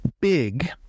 big